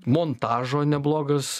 montažo neblogas